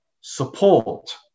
support